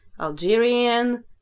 Algerian